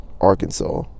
Arkansas